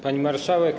Pani Marszałek!